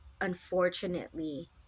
unfortunately